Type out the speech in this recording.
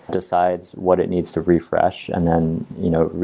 decides what it needs to refresh, and then you know,